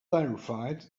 terrified